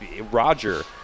Roger